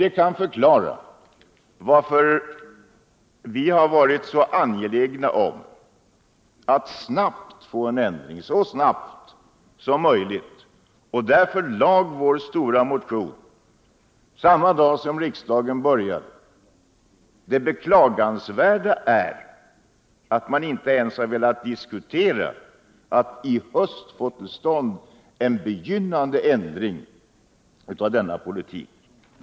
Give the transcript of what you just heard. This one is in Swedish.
Det kan förklara varför vi har varit så angelägna om att så snabbt som möjligt få en ändring och att vi väckte vår stora motion samma dag som riksdagen började. Det beklagansvärda är att man inte ens velat diskutera frågan om att i höst få till stånd en begynnande ändring av denna politik.